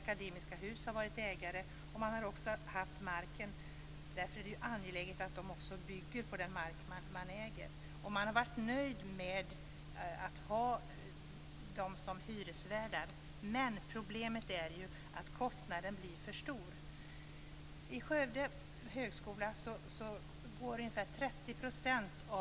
Akademiska Hus har varit ägare av husen och marken. Därför är det angeläget att man bygger på den mark man äger. Högskolan är nöjd med dem som hyresvärd. Problemet har varit att kostnaden har blivit för stor. Skövde högskola går till hyror.